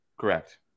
correct